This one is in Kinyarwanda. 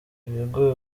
ibigo